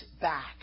back